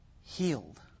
healed